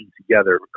together